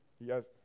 Yes